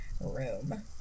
room